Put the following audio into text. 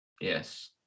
Yes